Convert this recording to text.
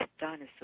dinosaur